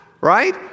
right